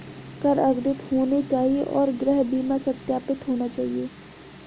कर अद्यतित होने चाहिए और गृह बीमा सत्यापित होना चाहिए